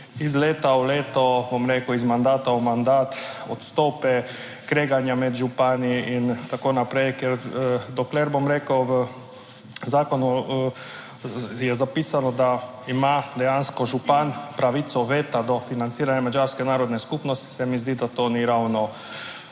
iz leta v leto, bom rekel, iz mandata v mandat odstope, kreganja med župani in tako naprej, ker dokler, bom rekel, v zakonu je zapisano, da ima dejansko župan pravico veta do financiranja madžarske narodne skupnosti, se mi zdi, da to ni ravno